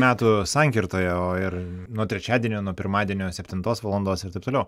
metų sankirtoje o ir nuo trečiadienio nuo pirmadienio septintos valandos ir taip toliau